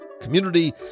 community